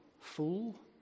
Fool